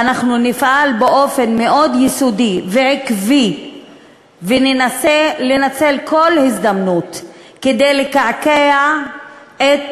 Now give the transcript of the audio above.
ואנחנו נפעל באופן מאוד יסודי ועקבי וננסה לנצל כל הזדמנות כדי לקעקע את